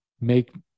make